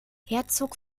herzog